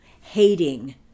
hating